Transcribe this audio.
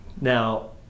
Now